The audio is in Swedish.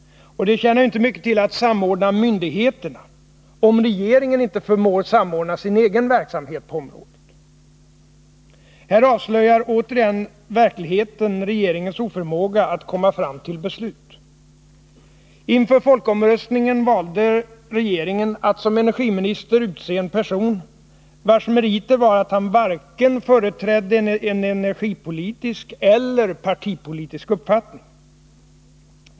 Det tjänar ju inte mycket till att samordna myndigheterna om regeringen inte förmår samordna sin egen verksamhet på området. Här avslöjar verkligheten återigen regeringens oförmåga att komma fram till beslut. Inför folkomröstningen valde regeringen att som energiminister utse en person vars meriter var att han företrädde varken en energipolitisk eller en partipolitisk uppfattning.